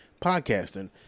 podcasting